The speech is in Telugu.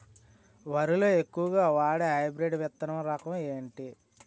వరి లో ఎక్కువుగా వాడే హైబ్రిడ్ విత్తన రకం ఏంటి?